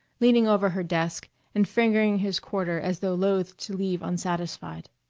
leaning over her desk and fingering his quarter as though loath to leave unsatisfied.